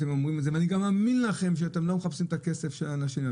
ואתם גם אומרים את זה ואני מאמין לכם שאתם לא מחפשים את הכסף של האנשים,